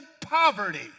poverty